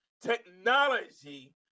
technology